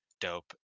dope